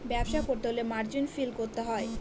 ব্যবসা করতে হলে মার্জিন ফিল করতে হয়